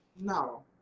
no